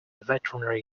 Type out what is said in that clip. veterinary